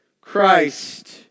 Christ